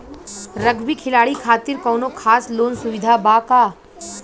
Rugby खिलाड़ी खातिर कौनो खास लोन सुविधा बा का?